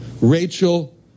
Rachel